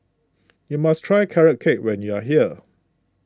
you must try Carrot Cake when you are here